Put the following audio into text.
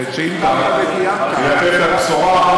כדי לתת את הבשורה,